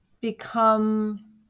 become